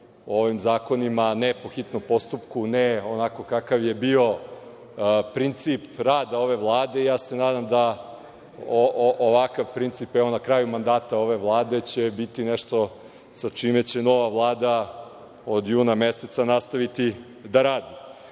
o ovim zakonima ne po hitnom postupku, ne onako kakav je bio princip rada ove Vlade i ja se nadam da ovakav princip na kraju mandata ove Vlade će biti nešto sa čime će nova Vlada od juna meseca nastaviti da radi. Ovi